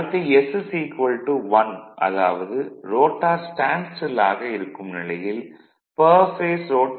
அடுத்து s 1 அதாவது rotor standstill ஆக இருக்கும் நிலையில் பெர் பேஸ் ரோட்டார் ஈ